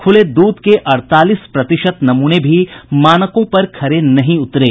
खूले दूध के अड़तालीस प्रतिशत नमूने भी मानकों पर खरे नहीं उतरे